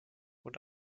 und